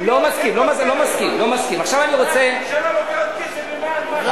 הממשלה לוקחת כסף למען משהו,